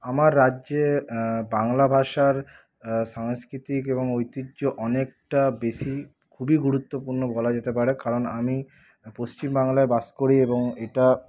আমার রাজ্যে বাংলা ভাষার সাংস্কৃতিক এবং ঐতিহ্য অনেকটা বেশি খুবই গুরুত্বপূর্ণ বলা যেতে পারে কারণ আমি পশ্চিমবাংলায় বাস করি এবং এটা